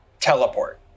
teleport